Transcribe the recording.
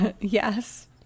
Yes